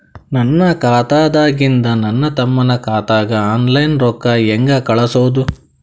ನನ್ನ ಖಾತಾದಾಗಿಂದ ನನ್ನ ತಮ್ಮನ ಖಾತಾಗ ಆನ್ಲೈನ್ ರೊಕ್ಕ ಹೇಂಗ ಕಳಸೋದು?